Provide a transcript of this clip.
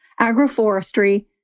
agroforestry